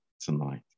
tonight